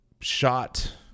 shot